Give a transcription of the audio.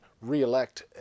re-elect